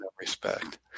respect